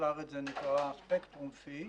בחוץ-לארץ זה נקרא spectrum fee,